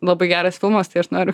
labai geras filmas tai aš noriu